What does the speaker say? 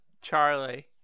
Charlie